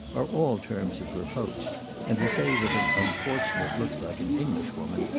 are all terms of reproach and to say that an unfortunate looks like an english woman,